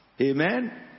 Amen